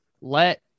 Let